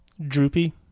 droopy